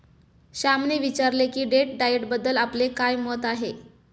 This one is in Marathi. श्यामने विचारले की डेट डाएटबद्दल आपले काय मत आहे?